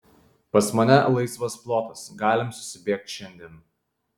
pas mane laisvas plotas galim susibėgt šiandien